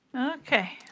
Okay